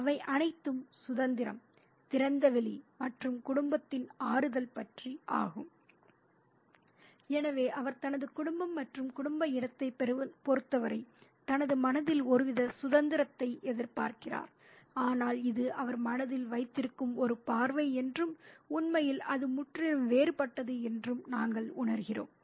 அவை அனைத்தும் சுதந்திரம் திறந்தவெளி மற்றும் குடும்பத்தின் ஆறுதல் பற்றி ஆகும் எனவே அவர் தனது குடும்பம் மற்றும் குடும்ப இடத்தைப் பொறுத்தவரை தனது மனதில் ஒருவித சுதந்திரத்தை எதிர்பார்க்கிறார் ஆனால் இது அவர் மனதில் வைத்திருக்கும் ஒரு பார்வை என்றும் உண்மையில் அது முற்றிலும் வேறுபட்டது என்றும் நாங்கள் உணர்கிறோம்